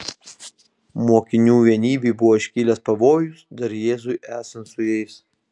mokinių vienybei buvo iškilęs pavojus dar jėzui esant su jais